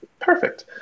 Perfect